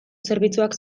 zerbitzuak